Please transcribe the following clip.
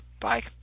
bye